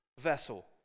vessel